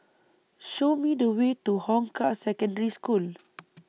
Show Me The Way to Hong Kah Secondary School